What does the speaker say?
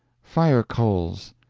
fire-coals.